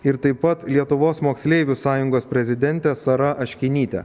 ir taip pat lietuvos moksleivių sąjungos prezidentė sara aškinytė